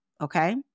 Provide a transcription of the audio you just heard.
Okay